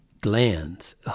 glands